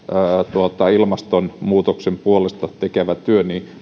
ilmastonmuutoksen puolesta tehtävä työ